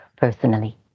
personally